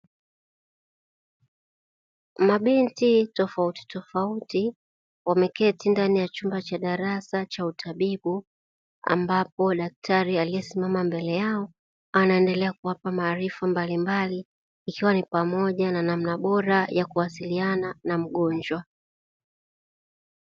Mabinti tofautitofauti wameketi ndani ya chumba cha darasa cha utabibu, ambapo daktari aliyesimama mbele yao anaendelea kuwapa maarifa mbalimbali ikiwa ni pamoja na namna bora ya kuwasiliana na mgonjwa.